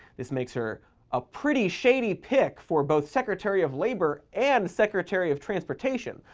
this makes her a pretty shady pick for both secretary of labor and secretary of transportation,